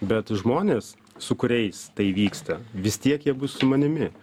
bet žmonės su kuriais tai vyksta vis tiek jie bus su manimi